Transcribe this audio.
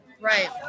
right